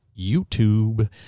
YouTube